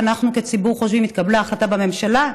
ואנחנו כציבור חושבים: התקבלה החלטה בממשלה,